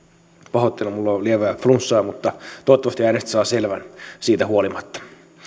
pahoittelen minulla on lievää flunssaa mutta toivottavasti äänestä saa selvän siitä huolimatta